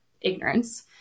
ignorance